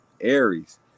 Aries